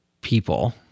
people